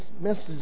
message